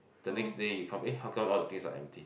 the next day you come eh how come all the things are empty